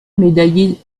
médaillée